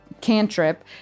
cantrip